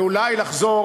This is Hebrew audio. ואולי לחזור